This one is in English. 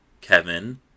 Kevin